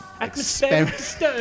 experiment